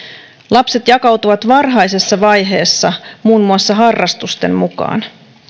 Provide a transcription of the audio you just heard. lapset jakautuvat varhaisessa vaiheessa muun muassa harrastusten mukaan